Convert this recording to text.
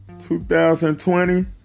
2020